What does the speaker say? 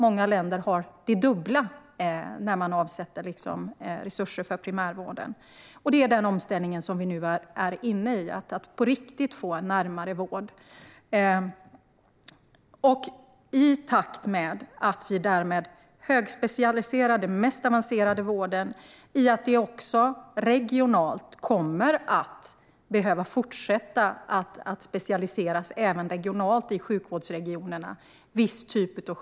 Många länder har det dubbla när de avsätter resurser för primärvården. Nu är vi inne i en omställning för att på riktigt få närmare vård. Den mest avancerade vården högspecialiseras, och viss sjukvård kommer att behöva fortsätta att specialiseras även regionalt i sjukvårdsregionerna.